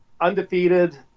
undefeated